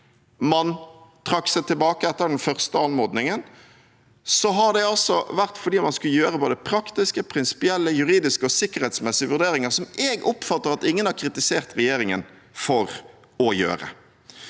man trakk seg tilbake etter den første anmodningen, var det altså fordi man skulle gjøre både praktiske, prinsipielle, juridiske og sikkerhetsmessige vurderinger, som jeg oppfatter at ingen har kritisert regjeringen for å gjøre.